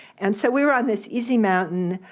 and so we were on this easy mountain.